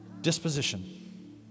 disposition